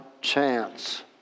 chance